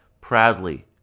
proudly